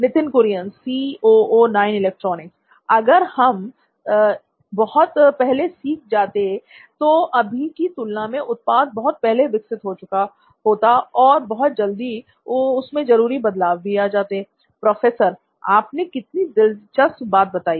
नित्थिन Kurian C O O नॉइन electronics अगर यह हम बहुत पहले सीख जाते तो अभी की तुलना में उत्पाद बहुत पहले विकसित हो चुका होता और बहुत जल्दी उसमें जरूरी बदलाव भी आ जातेl प्रोफेसर आपने कितनी दिलचस्प बात बताइ